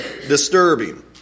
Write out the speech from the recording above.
disturbing